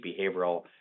behavioral